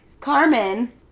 Carmen